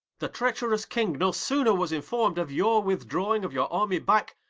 the treacherous king no sooner was informed of your with drawing of your army back,